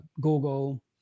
Google